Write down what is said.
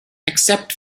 except